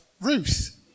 Ruth